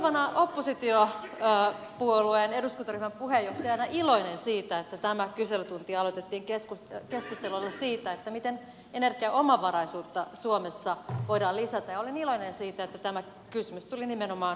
olen tulevana oppositiopuolueen eduskuntaryhmän puheenjohtajana iloinen siitä että tämä kyselytunti aloitettiin keskustelulla siitä miten energiaomavaraisuutta suomessa voidaan lisätä ja olen iloinen siitä että tämä kysymys tuli nimenomaan oppositiosta